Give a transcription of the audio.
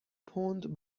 پوند